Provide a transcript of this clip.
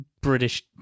British